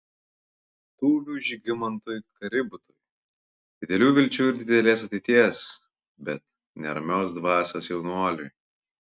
tuviui žygimantui kaributui didelių vilčių ir didelės ateities bet neramios dvasios jaunuoliui